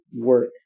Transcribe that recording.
work